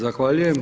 Zahvaljujem.